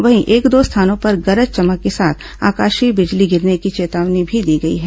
वहीं एक दो स्थानों पर गरज चमक के साथ आकाशीय बिजली गिरने की चेतावनी भी दी गई है